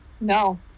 no